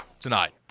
tonight